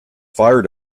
fire